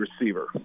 receiver